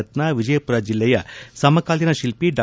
ರತ್ನ ವಿಜಯಮರ ಜಿಲ್ಲೆಯ ಸಮಕಾಲೀನ ಶಿಲ್ಪಿ ಡಾ